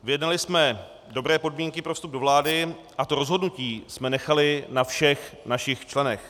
Vyjednali jsme dobré podmínky pro vstup do vlády a to rozhodnutí jsme nechali na všech našich členech.